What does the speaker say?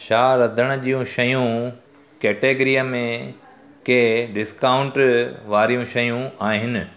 छा रधण जूं शयूं कैटेगरी में के डिस्काउंट वारियूं शयूं आहिनि